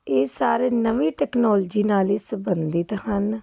ਇਹ ਸਾਰੇ ਨਵੀਂ ਟੈਕਨੋਲਜੀ ਨਾਲ ਹੀ ਸੰਬੰਧਿਤ ਹਨ